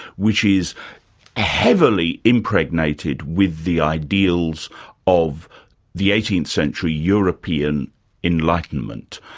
which is ah heavily impregnated with the ideals of the eighteenth century european enlightenment.